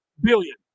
billion